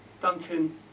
Duncan